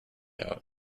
out